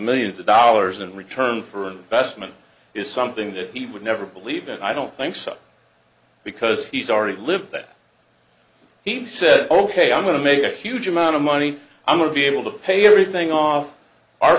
millions of dollars in return for investment is something that he would never believe and i don't think so because he's already lived that he said ok i'm going to make a huge amount of money i'm going to be able to pay everything off our